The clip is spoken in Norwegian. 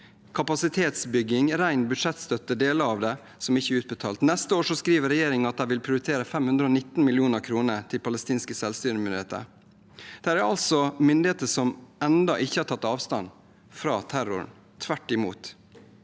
Kapasitetsbygging og ren budsjettstøtte er deler av det som ikke er utbetalt. Regjeringen skriver at de neste år vil prioritere 519 mill. kr til palestinske selvstyremyndigheter. Dette er altså myndigheter som ennå ikke har tatt avstand fra terroren – tvert imot.